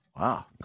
Wow